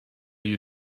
you